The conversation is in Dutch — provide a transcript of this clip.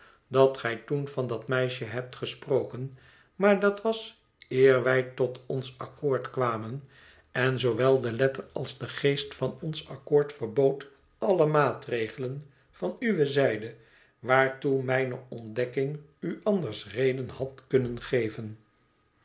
dat gij toen van dat meisje hebt gesproken maar dat was eer wij tot ons accoord kwamen en zoowel de letter als de geest van ons accoord verbood alle maatregelen van uwe zijde waartoe mijne ontdekking u anders reden had kunnen geven